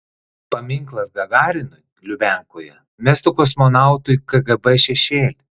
paminklas gagarinui lubiankoje mestų kosmonautui kgb šešėlį